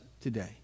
today